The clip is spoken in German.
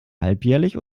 halbjährlich